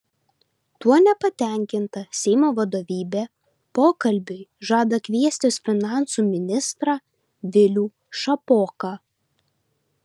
tuo nepatenkinta seimo vadovybė pokalbiui žada kviestis finansų ministrą vilių šapoką